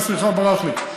סליחה, ברח לי.